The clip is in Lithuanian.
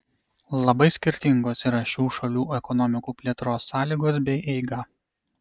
labai skirtingos yra šių šalių ekonomikų plėtros sąlygos bei eiga